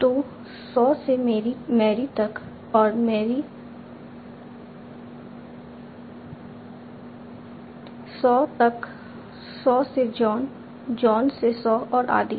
तो सॉ से मैरी तक और मैरी सॉ तक सॉ से जॉन जॉन से सॉ और आदि